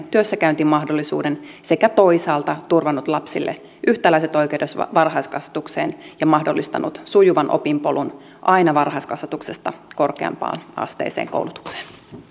työssäkäyntimahdollisuuden sekä toisaalta turvannut lapsille yhtäläiset oikeudet varhaiskasvatukseen ja mahdollistanut sujuvan opinpolun aina varhaiskasvatuksesta korkeampiasteiseen koulutukseen